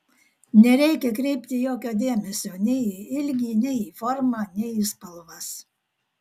nereikia kreipti jokio dėmesio nei į ilgį nei į formą nei į spalvas